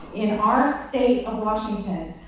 in our state of washington.